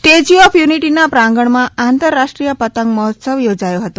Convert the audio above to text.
Patangotsav statue of યુનિટીના પ્રાંગણમાં આંતરરાષ્ટ્રીય પતંગ મહોત્સવ યોજાયો હતો